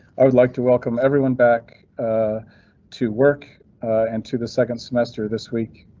i would like to welcome everyone back ah to work and to the second semester this week.